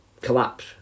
collapse